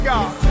God